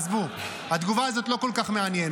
עזבו, התגובה הזאת לא כל כך מעניינת.